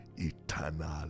eternal